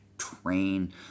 train